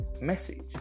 message